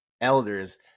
elders